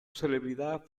celebridad